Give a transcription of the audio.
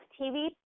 TV